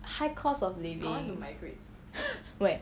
high cost of living where